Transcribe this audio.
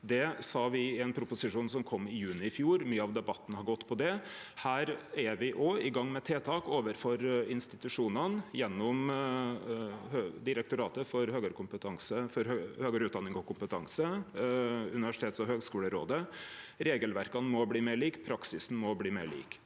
Det sa me i ein proposisjon som kom i juni i fjor. Mykje av debatten har gått på det. Me er òg i gang med tiltak overfor institusjonane gjennom Direktoratet for høgare utdanning og kompetanse og Universitets- og høgskolerådet. Regelverka må bli meir like, praksisen må bli meir lik,